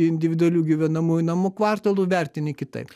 individualių gyvenamųjų namų kvartalu vertini kitaip